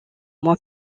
mois